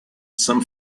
some